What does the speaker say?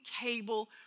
table